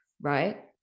right